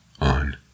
On